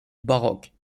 baroque